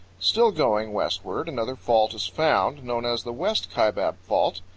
still going westward, another fault is found, known as the west kaibab fault.